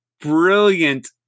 brilliant